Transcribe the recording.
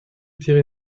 tiere